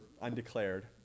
undeclared